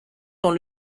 dans